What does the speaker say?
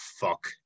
fuck